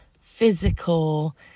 physical